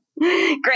Great